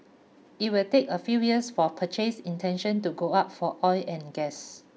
it will take a few years for purchase intention to go up for oil and gas